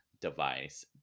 device